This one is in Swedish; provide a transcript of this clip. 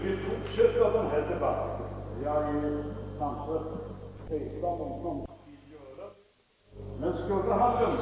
Herr talman!